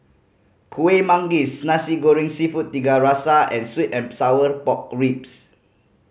Kueh Manggis Nasi Goreng Seafood Tiga Rasa and sweet and sour pork ribs